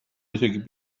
isegi